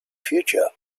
future